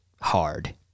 hard